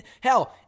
hell